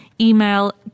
email